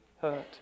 hurt